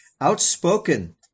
outspoken